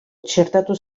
txertatu